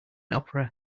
opera